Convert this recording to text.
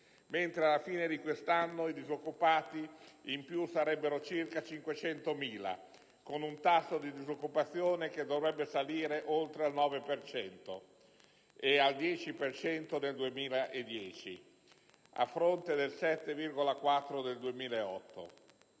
mentre alla fine di questo anno i disoccupati in più sarebbero circa 500.000, con un tasso di disoccupazione che dovrebbe salire a oltre il 9 per cento, e al 10 per cento nel 2010, a fronte del 7,4 per cento